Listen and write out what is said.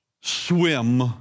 swim